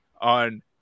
on